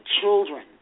children